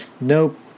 nope